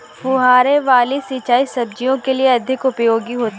फुहारे वाली सिंचाई सब्जियों के लिए अधिक उपयोगी होती है?